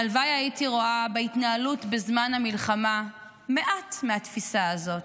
הלוואי שהייתי רואה בהתנהלות בזמן המלחמה מעט מהתפיסה הזו.